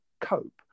cope